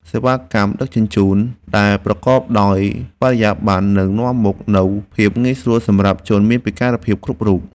សេវាកម្មដឹកជញ្ជូនដែលប្រកបដោយបរិយាបន្ននឹងនាំមកនូវភាពងាយស្រួលសម្រាប់ជនមានពិការភាពគ្រប់រូប។